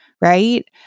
right